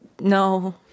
no